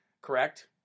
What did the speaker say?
correct